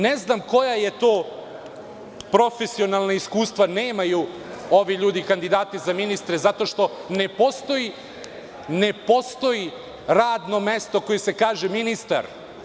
Ne znam koja to profesionalna iskustva nemaju ovi ljudi, kandidati za ministre zato što ne postoji radno mesto koje se kaže – ministar.